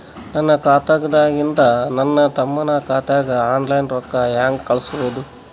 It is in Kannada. ನನ್ನ ಖಾತಾದಾಗಿಂದ ನನ್ನ ತಮ್ಮನ ಖಾತಾಗ ಆನ್ಲೈನ್ ರೊಕ್ಕ ಹೇಂಗ ಕಳಸೋದು?